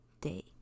day